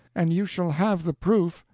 and you shall have the proof,